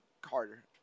Carter